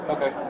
Okay